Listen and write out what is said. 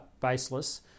baseless